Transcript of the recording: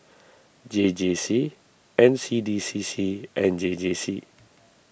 J J C N C D C C and J J C